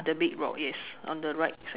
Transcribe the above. the big rock yes on the right side